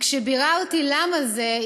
וכשביררתי למה זה,